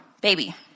baby